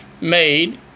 made